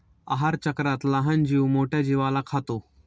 आहारचक्रात लहान जीव मोठ्या जीवाला खातो